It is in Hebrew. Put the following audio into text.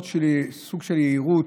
סוג של יהירות,